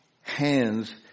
hands